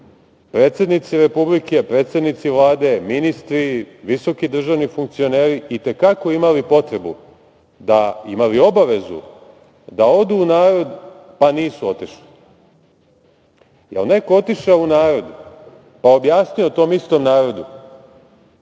predsednici Republike, predsednici Vlade, ministri, visoki državni funkcioneri i te kako imali potrebu, imali obavezu, da odu u narod, pa nisu otišli. Da li je neko otišao u narod, pa objasnio tom istom narodu